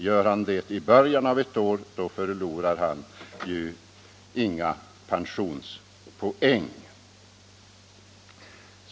Gör han det i början av ett år förlorar han ingen pensionspoäng.